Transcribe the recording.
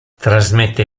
trasmette